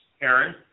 Aaron